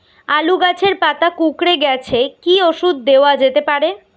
আলু গাছের পাতা কুকরে গেছে কি ঔষধ দেওয়া যেতে পারে?